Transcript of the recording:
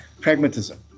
pragmatism